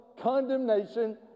condemnation